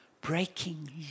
breaking